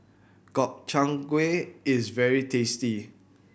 Gobchang Gui is very tasty